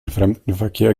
fremdenverkehr